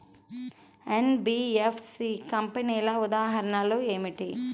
NBFC కంపెనీల ఉదాహరణ ఏమిటి?